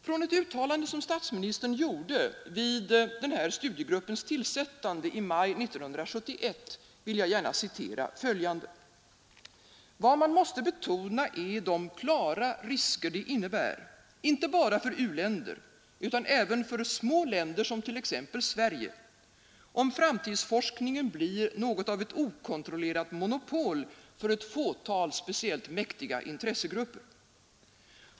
Från ett uttalande som statsministern gjorde vid den här studiegruppens tillsättande i maj 1971 vill jag gärna citera följande: ”Vad man måste betona är de klara risker det innebär, inte bara för uländer utan även för små länder som t.ex. Sverige, om framtidsforskningen blir något av ett okontrollerat monopol för ett fåtal speciellt mäktiga intressegrupper.